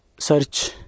Search